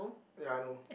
ya I know